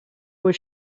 was